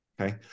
Okay